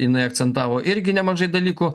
jinai akcentavo irgi nemažai dalykų